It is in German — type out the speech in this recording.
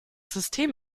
system